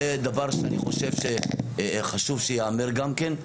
זה דבר שאני חושב שחשוב שייאמר גם כן.